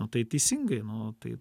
nu tai teisingai nu tai